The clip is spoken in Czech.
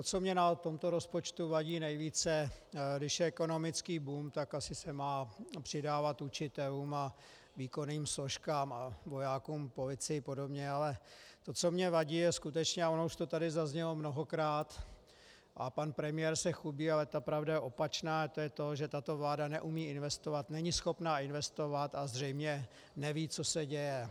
Co mě na tomto rozpočtu vadí nejvíce, když je ekonomický boom, tak se asi má přidávat učitelům a výkonným složkám, vojákům, policii a podobně, ale co mi vadí, a už to tady zaznělo mnohokrát, pan premiér se chlubí, ale pravda je opačná, a to je to, že tato vláda neumí investovat, není schopna investovat a zřejmě neví, co se děje.